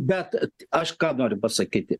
bet aš ką noriu pasakyti